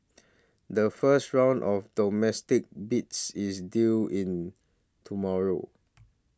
the first round of domestic bids is due in tomorrow